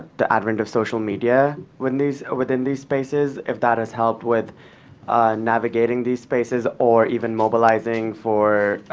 the advent of social media within these within these spaces, if that has helped with navigating these spaces, or even mobilizing, for